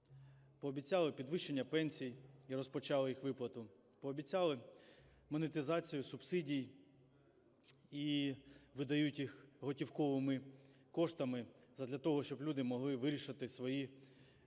пообіцяли підвищення пенсій і розпочали їх виплату, пообіцяли монетизацію субсидій і видають їх готівковими коштами задля того, щоб люди могли вирішити свої буденні